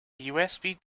usb